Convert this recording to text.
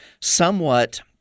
somewhat